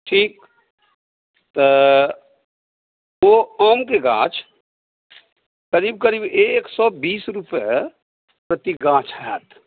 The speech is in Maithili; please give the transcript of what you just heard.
ठीक तऽ ओ आमके गाछ करीब करीब एक सए बीस रुपए प्रति गाछ होयत